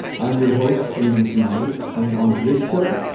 i'm your host, aymond smyth. and on this show,